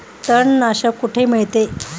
तणनाशक कुठे मिळते?